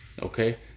okay